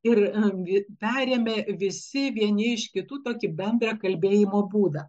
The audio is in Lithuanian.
ir perėmė visi vieni iš kitų tokį bendrą kalbėjimo būdą